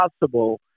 possible